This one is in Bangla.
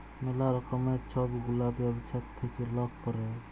ম্যালা রকমের ছব গুলা ব্যবছা থ্যাইকে লক ক্যরে